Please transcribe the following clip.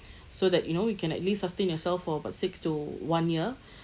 so that you know you can at least sustain yourself for about six to one year